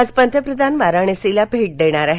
आज पंतप्रधान वाराणसीला भेट देणार आहेत